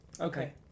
Okay